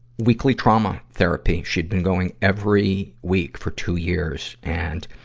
weekly trauma therapy she'd been going every week for two years. and,